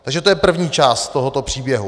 Takže to je první část tohoto příběhu.